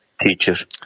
teacher